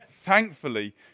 Thankfully